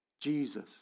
Jesus